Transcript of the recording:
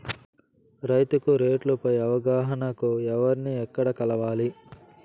రైతుకు రేట్లు పై అవగాహనకు ఎవర్ని ఎక్కడ కలవాలి?